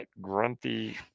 grunty